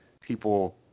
people